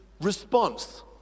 response